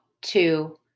two